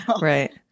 right